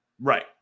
Right